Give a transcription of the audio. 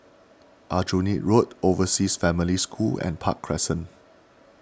Aljunied Road Overseas Family School and Park Crescent